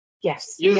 Yes